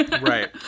right